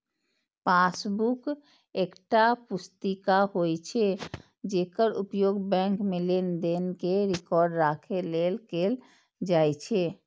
passbook एकटा पुस्तिका होइ छै, जेकर उपयोग बैंक मे लेनदेन के रिकॉर्ड राखै लेल कैल जाइ छै